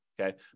Okay